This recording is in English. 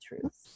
truths